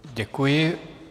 Děkuji.